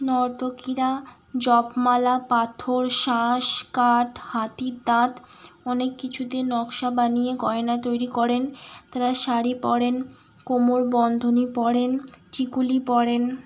নর্তকীরা জপমালা পাথর শাঁস কাঠ হাতির দাঁত অনেক কিছু দিয়ে নকশা বানিয়ে গয়না তৈরি করেন তারা শাড়ি পরেন কোমর বন্ধনী পরেন টিকুলি পরেন